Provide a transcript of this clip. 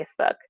Facebook